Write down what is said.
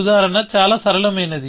ఉదాహరణ చాలా సరళమైనది